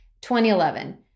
2011